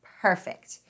Perfect